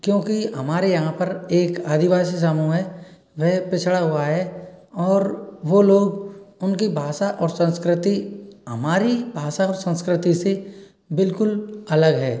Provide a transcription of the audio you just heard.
क्योंकि हमारे यहाँ पर एक आदिवासी समूह है वह पिछड़ा हुआ है और वो लोग उनकी भाषा और संस्कृति हमारी भाषा और संस्कृति से बिल्कुल अलग है